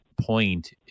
point